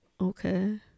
Okay